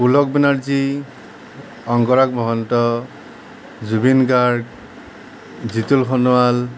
Pulak Banerjee Angaraag Mahanta Zubeen Garg Jitul Sonowal